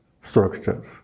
structures